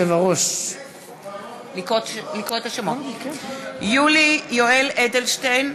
(קוראת בשמות חברי הכנסת) יולי יואל אדלשטיין,